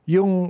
Yung